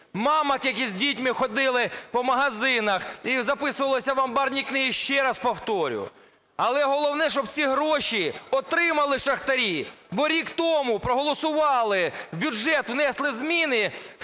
мамок, які з дітьми ходили по магазинах і записувалися в амбарні книги, ще раз повторюю. Але головне, щоб ці гроші отримали шахтарі. Бо рік тому проголосували, в бюджет внесли зміни